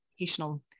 educational